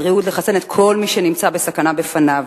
הבריאות לחסן את כל מי שנמצא בסכנה מפניו.